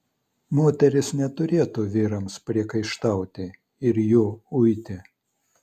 moterys neturėtų vyrams priekaištauti ir jų uiti